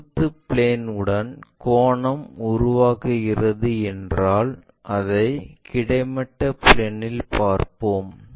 செங்குத்து பிளேன் உடன் கோணம் உருவாக்குகிறது என்றால் அதை கிடைமட்ட பிளேன் இல் பார்ப்போம்